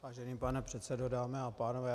Vážený pane předsedo, dámy a pánové.